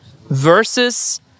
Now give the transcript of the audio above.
versus